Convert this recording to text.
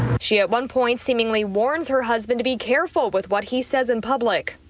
she at one point seemingly warns her husband to be careful with what he says in public